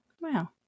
Wow